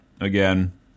again